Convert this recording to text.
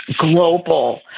global